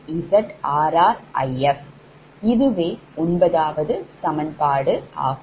இதுவே ஒன்பதாவது சமன்பாடு ஆகும்